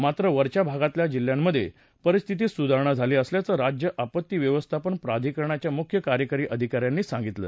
मात्र वरच्या भागातल्या जिल्ह्यांमधे परिस्थितीत सुधारणा झाली असल्याचं राज्य आपत्ती व्यवस्थापन प्राधिकरणाच्या मुख्य कार्यकारी अधिका यांनी सांगितलं